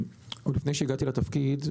עוד לפני שהגעתי לתפקיד,